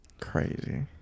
Crazy